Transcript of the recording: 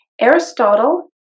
Aristotle